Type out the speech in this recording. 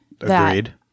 agreed